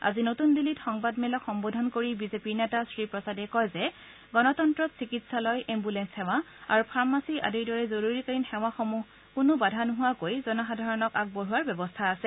আজি নতুন দিল্লীত সংবাদমেলক সম্বোধন কৰি শ্ৰী প্ৰসাদে কয় যে গণতন্ত্ৰত চিকিৎসালয় এঘুলেন্স সেৱা আৰু ফাৰ্মচী আদিৰ দৰে জৰুৰীকালীন সেৱাসমূহ কোনো বাধা নোহোৱাকৈ জনসাধাৰণক আগবঢ়োৱাৰ ব্যৱস্থা আছে